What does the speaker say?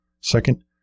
Second